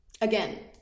again